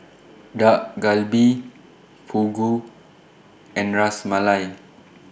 Dak Galbi Fugu and Ras Malai